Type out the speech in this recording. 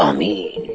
um me